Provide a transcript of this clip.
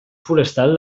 forestal